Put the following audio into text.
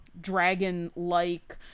dragon-like